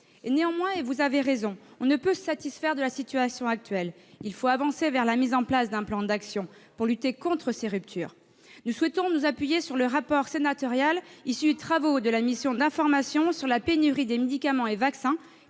Néanmoins, et vous avez raison de le souligner, on ne peut se satisfaire de la situation actuelle. Il faut avancer vers la mise en place d'un plan d'action pour lutter contre ces ruptures. Nous souhaitons nous appuyer sur le rapport sénatorial issu des travaux de la mission d'information sur la pénurie de médicaments et de vaccins,